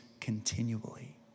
continually